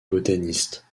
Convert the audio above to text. botaniste